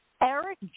Eric